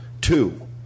Two